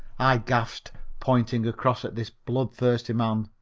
i gasped, pointing across at this blood-thirsty man,